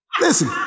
Listen